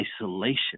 isolation